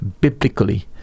biblically